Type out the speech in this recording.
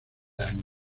año